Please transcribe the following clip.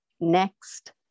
next